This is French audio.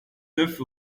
neuf